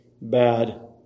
bad